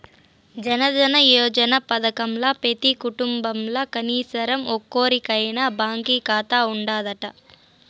జనదన యోజన పదకంల పెతీ కుటుంబంల కనీసరం ఒక్కోరికైనా బాంకీ కాతా ఉండాదట